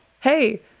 hey